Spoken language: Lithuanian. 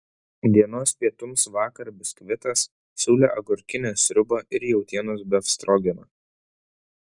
dienos pietums vakar biskvitas siūlė agurkinę sriubą ir jautienos befstrogeną